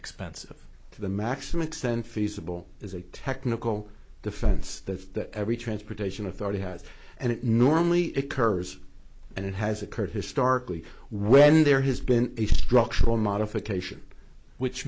expensive to the maximum extent feasible is a technical defense that every transportation authority has and it normally occurs and it has occurred historically when there has been a structural modification which